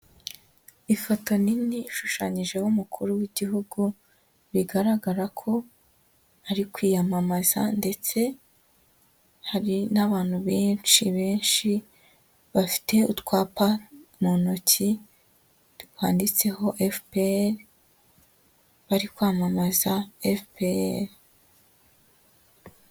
Ifoto nini ishushanyijeho umukuru w'igihugu, bigaragara ko ari kwiyamamaza ndetse hari n'abantu benshi benshi bafite utwapa mu ntoki, twanditseho FPR bari kwamamaza FPR.